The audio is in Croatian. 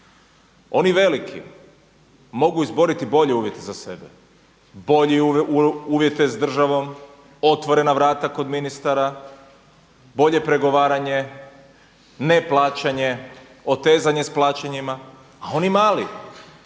Oni veliki mogu izboriti bolje uvjete za sebe, bolje uvjete s državom, otvorena vrata kod ministara, bolje pregovaranje, ne plaćanje, otezanje sa plaćanjima a oni mali